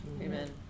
Amen